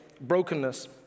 brokenness